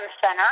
Center